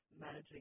managing